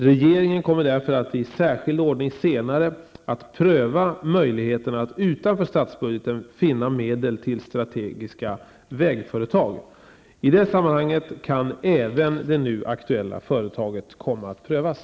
Regeringen kommer därför att i särskild ordning senare att pröva möjligheterna att utanför statsbudgeten finna medel till stategiska vägföretag. I det sammanhanget kan även det nu aktuella företaget komma att prövas.